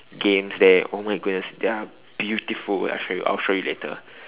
games there oh my goodness they are beautiful wait I show you I'll show you later